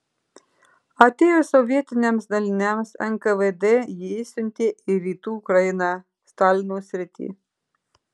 atėjus sovietiniams daliniams nkvd jį išsiuntė į rytų ukrainą stalino sritį